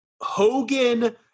hogan